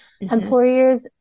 Employers